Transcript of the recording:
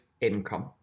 income